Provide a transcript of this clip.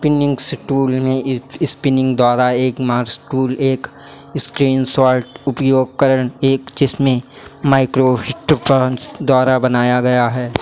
spinning tool में spinning द्वारा एक स्क्रीनशॉट उपयोगकर एक जिसमें माइक्रो द्वारा बनाया गया है